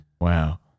Wow